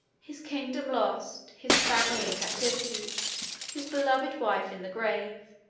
his kingdom lost his family in captivity his beloved wife in the grave,